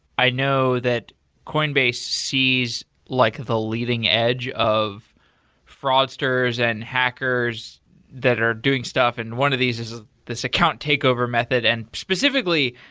i know that coinbase sees like the leading edge of fraudsters and hackers that are doing stuff and one of this is this account takeover method. and specifically,